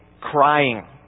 crying